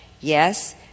Yes